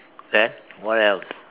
then what else